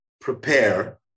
prepare